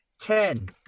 Ten